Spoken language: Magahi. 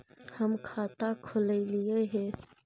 हम खाता खोलैलिये हे?